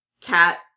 cat